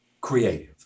creative